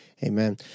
Amen